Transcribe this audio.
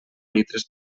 litres